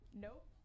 Nope